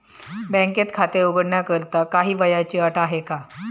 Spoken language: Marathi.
बँकेत खाते उघडण्याकरिता काही वयाची अट आहे का?